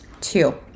two